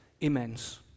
immense